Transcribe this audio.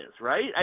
right